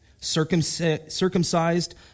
Circumcised